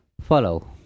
follow